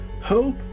Hope